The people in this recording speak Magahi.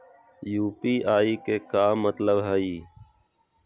यू.पी.आई के का मतलब हई?